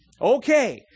Okay